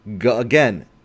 Again